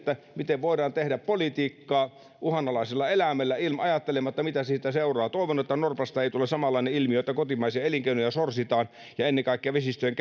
miten voidaan tehdä politiikkaa uhanalaisella eläimellä ajattelematta mitä siitä seuraa toivon että norpasta ei tule samanlainen ilmiö että kotimaisia elinkeinoja sorsitaan ja ennen kaikkea vesistöjen